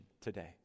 today